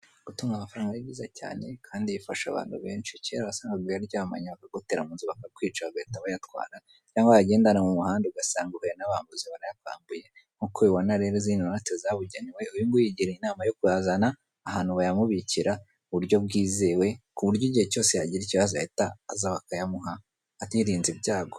Gutunga amafaranga ni byiza cyane kandi bifasha abantu benshi kera basangaga uyaryamanye bakagutera munzi bakakwica bagahita bayatwara cyangwa wayagendana mu muhanda ugasanga uhuye n'abambuzi barayakwambuye nkuko ubibona rero izi ni intoti zabugenewe uyu nguyi yigiriye inama yo kuyazana ahantu bayamubikira mu buryo bwizewe ku buryo igihe cyose agira ikibazo ahita bakayamuha anirinze ibyago.